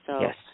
Yes